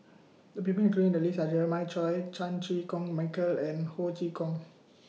The People included in The list Are Jeremiah Choy Chan Chew Koon Michael and Ho Chee Kong